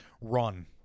run